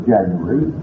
January